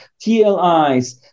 TLIs